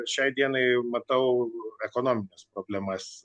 šiai dienai matau ekonomines problemas